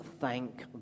thank